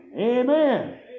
Amen